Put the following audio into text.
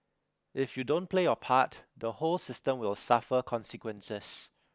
if you don't play your part the whole system will suffer consequences